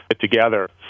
together